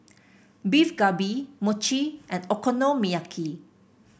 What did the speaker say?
Beef Galbi Mochi and Okonomiyaki